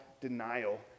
denial